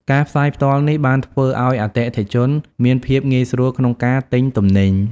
ការផ្សាយផ្ទាល់នេះបានធ្វើឱ្យអតិថិជនមានភាពងាយស្រួលក្នុងការទិញទំនិញ។